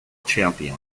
champion